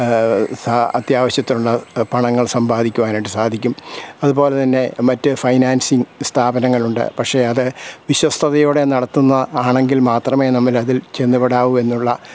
അത്യാവശ്യത്തിനുള്ള പണങ്ങൾ സമ്പാദിക്കുവാനായിട്ട് സാധിക്കും അതുപോലെ തന്നെ മറ്റ് ഫൈനാൻസിങ്ങ് സ്ഥാപനങ്ങളുണ്ട് പക്ഷേ അത് വിശ്വസ്ഥതയോടെ നടത്തുന്ന ആണെങ്കിൽ മാത്രമേ നമ്മൾ അതിൽ ചെന്നു പെടാവു എന്നുള്ള